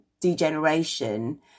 degeneration